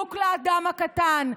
בדיוק לאדם הקטן.